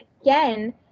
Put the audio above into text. again